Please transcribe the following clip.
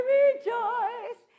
rejoice